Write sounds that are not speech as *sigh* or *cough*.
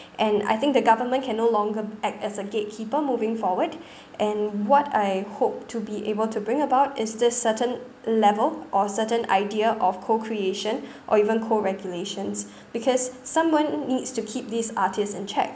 *breath* and I think the government can no longer act as a gatekeeper moving forward *breath* and what I hope to be able to bring about is this certain level or certain idea of co-creation *breath* or even co-regulations *breath* because someone needs to keep these artists in check